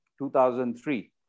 2003